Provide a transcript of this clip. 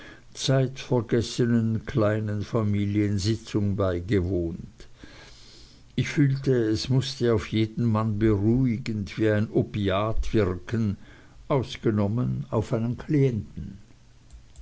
zeitvergessenen kleinen familiensitzung beigewohnt ich fühlte es mußte auf jeden mann beruhigend wie ein opiat wirken ausgenommen auf einen klienten